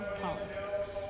politics